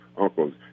uncles